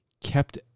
kept